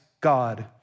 God